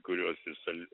kuriuos jisai